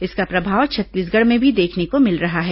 इसका प्रभाव छत्तीसगढ़ में भी देखने को मिला रहा है